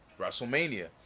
WrestleMania